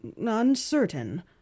Uncertain